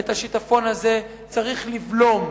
ואת השיטפון הזה צריך לבלום,